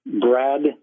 Brad